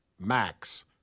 max